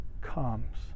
comes